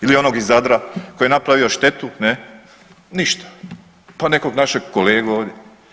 Ili onog iz Zadra koji je napravio štetu, ne, ništa, pa nekog našeg kolegu ovdje.